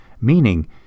meaning